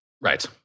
Right